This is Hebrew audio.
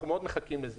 אנחנו מאוד מחכים לזה